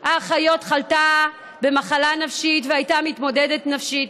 האחיות חלתה במחלה נפשית והייתה מתמודדת נפשית.